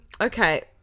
Okay